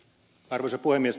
arvoisa puhemies